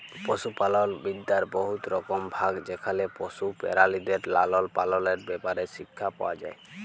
পশুপালল বিদ্যার বহুত রকম ভাগ যেখালে পশু পেরালিদের লালল পাললের ব্যাপারে শিখ্খা পাউয়া যায়